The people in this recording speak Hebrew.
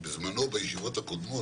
להזכיר לך בזמנו בישיבות הקודמות,